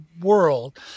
world